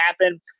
happen